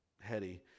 heady